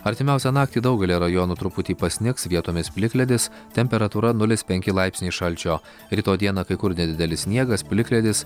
artimiausią naktį daugelyje rajonų truputį pasnigs vietomis plikledis temperatūra nulis penki laipsniai šalčio rytoj dieną kai kur nedidelis sniegas plikledis